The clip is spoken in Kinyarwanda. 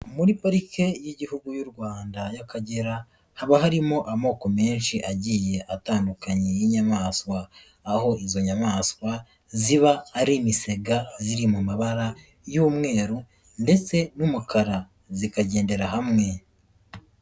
mMuri parike y'igihugu y'u rwanda y'Akagera haba harimo amoko menshi agiye atandukanye y'inyamaswa, aho izo nyamaswa ziba ari imisega biri mu mabara y'umweru ndetse n'umukara zikagendera hamwe.